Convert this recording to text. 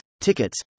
tickets